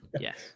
Yes